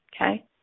Okay